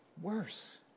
worse